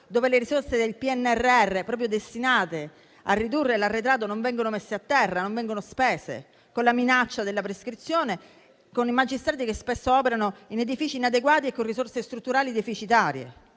e se le risorse del PNRR, proprio destinate a ridurre l'arretrato, non vengono messe a terra e non vengono spese, con la minaccia della prescrizione e i magistrati che spesso operano in edifici inadeguati e con risorse strutturali deficitarie?